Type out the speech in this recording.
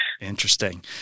Interesting